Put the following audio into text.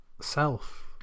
self